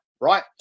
right